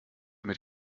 mit